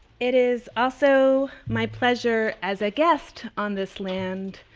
it is also my pleasure as a guest on this land,